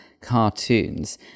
cartoons